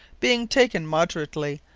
being taken moderately,